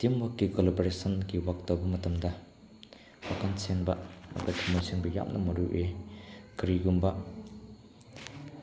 team ꯋꯥꯔꯛꯀꯤ ꯀꯣꯄꯦꯔꯦꯁꯟꯀꯤ work ꯇꯧꯕ ꯃꯇꯝꯗ ꯋꯥꯈꯜ ꯁꯦꯡꯕ ꯑꯃꯗꯤ ꯊꯕꯛ ꯁꯦꯡꯕ ꯌꯥꯝꯅ ꯃꯔꯨ ꯑꯣꯏꯑꯦ ꯀꯔꯤꯒꯨꯝꯕ